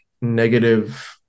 negative